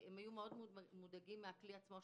הם היו מודאגים מאוד מהכלי עצמו,